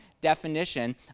definition